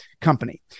company